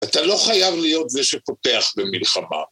אתה לא חייב להיות זה שפותח במלחמה.